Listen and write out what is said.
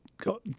Got